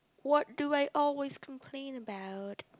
what do I always complain about